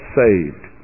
saved